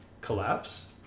Collapse